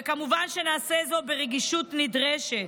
וכמובן שנעשה זאת ברגישות נדרשת.